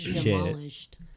demolished